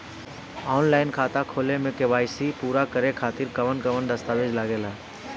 Online खाता खोले में के.वाइ.सी पूरा करे खातिर कवन कवन दस्तावेज लागे ला?